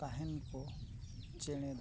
ᱛᱟᱦᱮᱱ ᱠᱚ ᱪᱮᱬᱮ ᱫᱚ